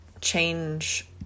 change